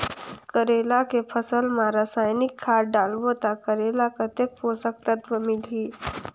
करेला के फसल मा रसायनिक खाद डालबो ता करेला कतेक पोषक तत्व मिलही?